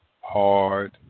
Hard